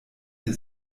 ihr